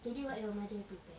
today what your mother prepare